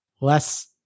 less